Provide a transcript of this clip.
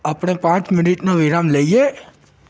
આપણે પાંચ મિનીટનો વિરામ લઈએ